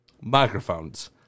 Microphones